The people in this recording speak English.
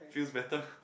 feel better